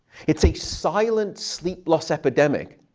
it's a silent sleep loss epidemic,